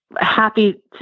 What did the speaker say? happy